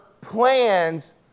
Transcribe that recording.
plans